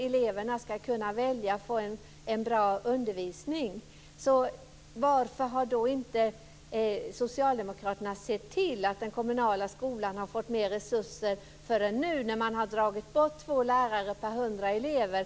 Eleverna ska kunna välja, och få en bra undervisning. Varför har inte Socialdemokraterna sett till att den kommunala skolan har fått mer resurser förrän nu när man har dragit bort två lärare per hundra elever?